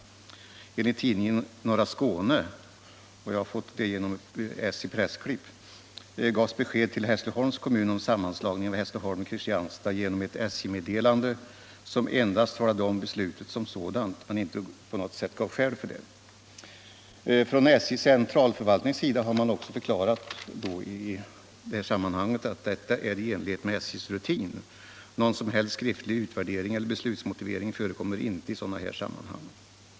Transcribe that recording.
Enligt tidningen Norra Skåne — jag har fått uppgiften genom SJ:s pressklipp — gavs besked till Hässleholms kommun om sammanslagning av Hässleholm och Kristianstad genom ett SJ-meddelande som endast talade om beslutet som sådant men inte på något sätt gav skäl för det. SJ:s centralförvaltning har också förklarat att detta är i enlighet med SJ:s rutin. Någon som helst skriftlig utvärdering eller beslutsmotivering förekommer inte i sådana här sammanhang.